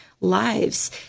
lives